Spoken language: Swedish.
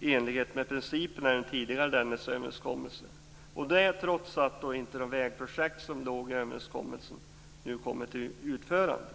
i enlighet med principerna i den tidigare Dennisöverenskommelsen - och detta trots att de vägprojekt som ingick i överenskommelsen nu inte kommer till utförande.